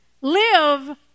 Live